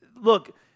Look